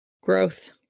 growth